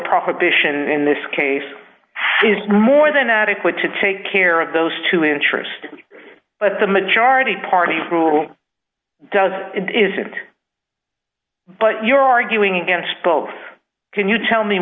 prosecution in this case is more than adequate to take care of those two interest but the majority party rule doesn't it isn't but you're arguing against both can you tell me